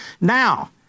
Now